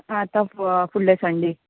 आतां फ फुडले संडे